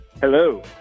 Hello